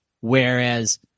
whereas